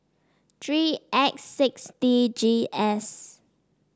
three X six D G S